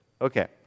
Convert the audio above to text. Okay